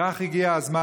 כך הגיע הזמן.